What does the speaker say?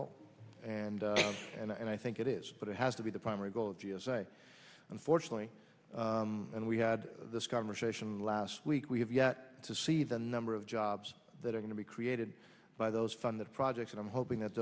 goal and and i think it is but it has to be the primary goal of g s a unfortunately and we had this conversation last week we have yet to see the number of jobs that are going to be created by those funded projects and i'm hoping that